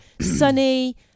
sunny